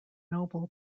noble